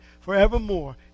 forevermore